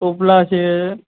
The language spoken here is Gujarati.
ટોપલા છે